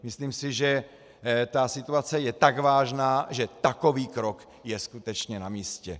Myslím si, že situace je tak vážná, že takový krok je skutečně namístě.